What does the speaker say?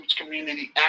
community